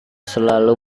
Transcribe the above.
selalu